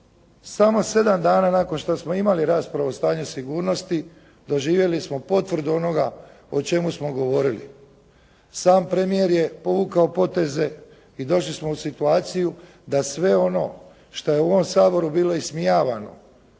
samo 7 dana nakon što smo imali raspravu o stanju sigurnosti doživjeli smo potvrdu onoga o čemu smo govorili. Sam premijer je povukao poteze i došli smo u situaciju da sve ono što je u ovom Saboru bilo ismijavano,